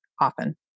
often